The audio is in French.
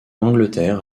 angleterre